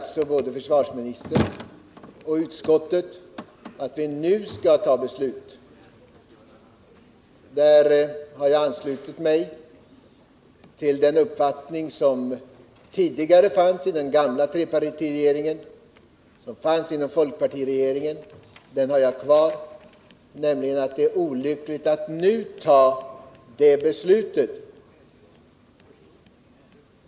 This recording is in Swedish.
Både försvarsministern och utskottet vill att vi nu skall fatta beslut. Jag ansluter mig till den uppfattning som fanns i den gamla trepartiregeringen och i folkpartiregeringen, nämligen att det är olyckligt att nu fatta detta beslut.